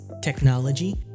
technology